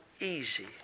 easy